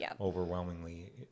overwhelmingly